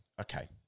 Okay